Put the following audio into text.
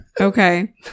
Okay